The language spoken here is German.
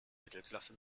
mittelklasse